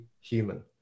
human